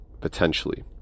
potentially